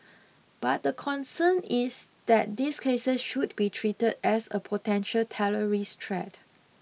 but the concern is that these cases should be treated as a potential terrorist threat